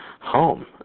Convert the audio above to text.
home